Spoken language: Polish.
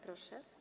Proszę.